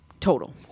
Total